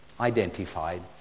identified